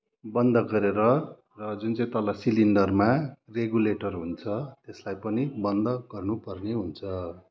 बन्द गरेर र जुन चाहिँ तल सिलिन्डरमा रेगुलेटर हुन्छ त्यसलाई पनि बन्द गर्नपर्ने हुन्छ